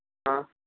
हा